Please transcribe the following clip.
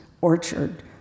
orchard